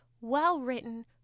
well-written